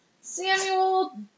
Samuel